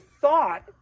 thought